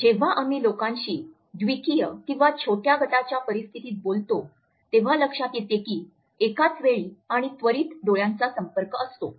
जेव्हा आम्ही लोकांशी द्विकीय किंवा छोट्या गटाच्या परिस्थितीत बोलतो तेव्हा लक्षात येते की एकाच वेळी आणि त्वरित डोळ्यांचा संपर्क असतो